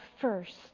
first